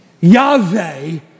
Yahweh